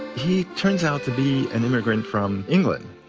he turns out to be an immigrant from england.